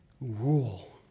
rule